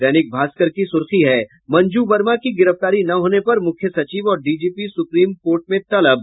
दैनिक भास्कर की सुर्खी है मंजू वर्मा की गिरफ्तारी न होने पर मुख्य सचिव और डीजीपी सुप्रीम कोर्ट में तलब